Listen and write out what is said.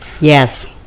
Yes